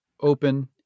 open